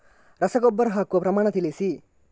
ರಸಗೊಬ್ಬರ ಹಾಕುವ ಪ್ರಮಾಣ ತಿಳಿಸಿ